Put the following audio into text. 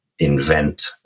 invent